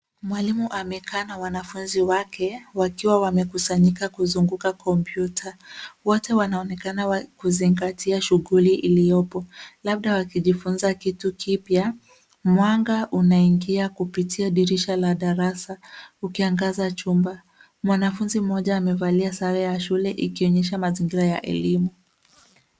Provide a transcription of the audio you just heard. Mwalimu amekaa na wanafunzi wake wakiwa wamekusanyika kuzunguka komputa. Wote wanaonekana kuzingatia shughuli iliyopo labda wakijifunza kitu kipya. Mwanga unaingia kupitia dirisha la darasa ukiangaza chumba. Mwanafunzi mmoja amevalia sare ya shule ikionyesha mazingira ya elimu.